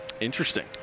Interesting